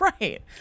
right